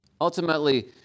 Ultimately